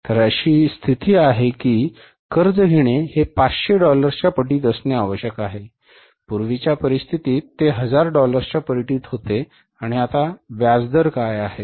तर अशी स्थिती आहे की कर्ज घेणे हे 500 डॉलर्सच्या पटीत असणे आवश्यक आहे पूर्वीच्या परिस्थितीत ते 1000 डॉलर्सच्या पटीत होते आणि आता व्याज दर काय आहे